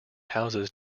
houses